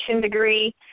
degree